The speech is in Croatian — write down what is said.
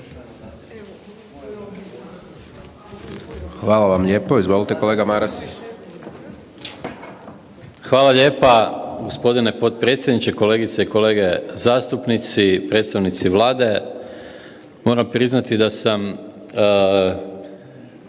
Hvala vam lijepo, izvolite kolega Maras. **Maras, Gordan (SDP)** Hvala lijepa g. potpredsjedniče. Kolegice i kolege zastupnici, predstavnici Vlade. Moram priznati da sam,